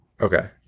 Okay